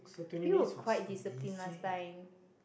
we were quite disciplined last time